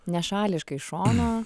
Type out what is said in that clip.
nešališkai iš šono